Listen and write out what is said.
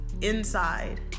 inside